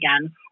again